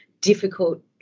difficult